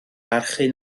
barchu